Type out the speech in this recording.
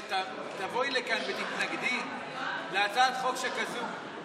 שתבואי לכאן ותתנגדי להצעת חוק שכזאת?